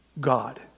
God